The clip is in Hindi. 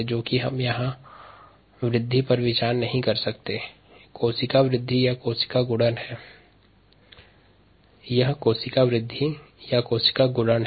वर्तमान परिदृश्य वृद्धि पर केन्द्रित न होकर कोशिका गुणन पर आधारित है